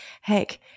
Heck